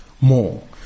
more